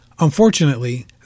Unfortunately